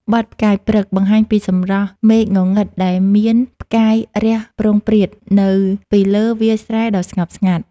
បទ «ផ្កាយព្រឹក» បង្ហាញពីសម្រស់មេឃងងឹតដែលមានផ្កាយរះព្រោងព្រាត នៅពីលើវាលស្រែដ៏ស្ងប់ស្ងាត់។